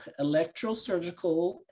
electrosurgical